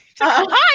Hi